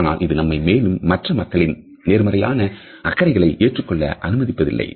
ஆனால் இது நம்மை மேலும் மற்ற மக்களின் நேர்மறையான அக்கறைகளை ஏற்றுக் கொள்ள அனுமதிப்பதில்லை